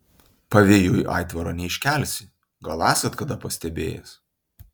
pavėjui aitvaro neiškelsi gal esat kada pastebėjęs